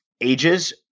ages